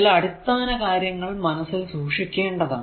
ചില അടിസ്ഥാന കാര്യങ്ങൾ മനസ്സിൽ സൂക്ഷിക്കേണ്ടതാണ്